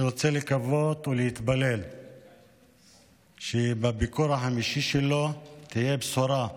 אני רוצה לקוות ולהתפלל שבביקור החמישי שלו תהיה בשורה,